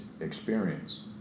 experience